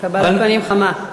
קבלת פנים חמה.